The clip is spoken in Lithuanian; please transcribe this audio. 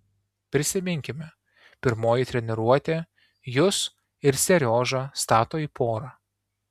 prisiminkime pirmoji treniruotė jus ir seriožą stato į porą